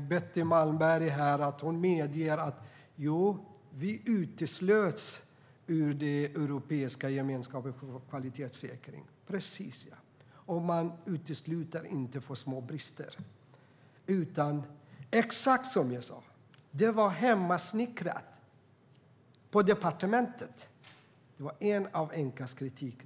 Betty Malmberg medge att vi uteslöts ur den europeiska gemenskapen för kvalitetssäkring. Man utesluter inte någon för att det är små brister, utan det är exakt som jag sa. Det var hemmasnickrat på departementet. Det var en del av ENQA:s kritik.